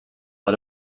but